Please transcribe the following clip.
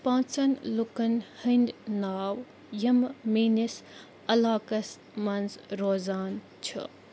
پانٛژَن لُکَن ہٕنٛدۍ ناو یِم میٛٲنِس علاقَس منٛز روزان چھِ